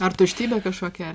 ar tuštybė kažkokia